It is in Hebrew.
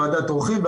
ועדת עורכים,